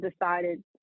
decided